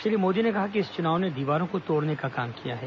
श्री मोदी ने कहा कि इस चुनाव ने दीवारों को तोड़ने का काम किया है